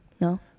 No